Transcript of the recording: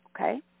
Okay